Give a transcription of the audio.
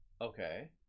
Okay